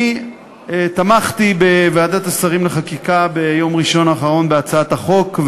אני תמכתי בוועדת השרים לחקיקה ביום ראשון האחרון בהצעת החוק,